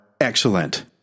excellent